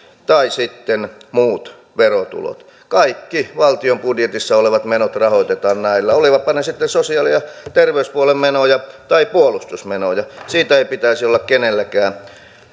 tai sitten muut verotulot kaikki valtion budjetissa olevat menot rahoitetaan näillä olivatpa ne sitten sosiaali ja ja terveyspuolen menoja tai puolustusmenoja siitä ei pitäisi olla kenelläkään